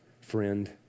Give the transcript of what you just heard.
friend